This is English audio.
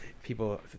People